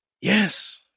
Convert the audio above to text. Yes